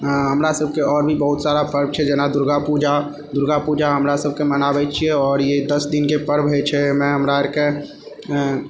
हमरा सबके आओर भी बहुत सारा पर्व छै जेना दुर्गापूजा दुर्गापूजा हमरा सबके मनाबै छियै आओर ई दस दिनके पर्व हैय छै अइमे हमरा अरके